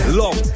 long